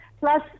Plus